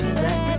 sex